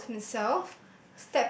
killed himself